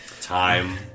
time